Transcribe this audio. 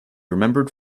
remembered